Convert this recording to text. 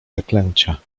zaklęcia